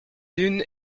unes